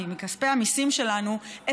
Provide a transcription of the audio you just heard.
מכספי המיסים שלנו,